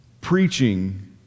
preaching